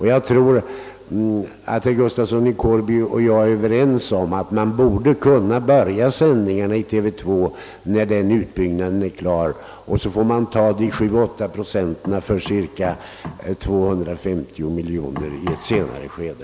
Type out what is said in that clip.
Herr Gustafsson i Kårby och jag kanske kan bli överens om att vi borde kunna nöja oss med den utbyggnaden av program 2 tills vidare; när den är klar får vi öka ut med 7—38 procent och investera 250 miljoner kronor i ett senare skede.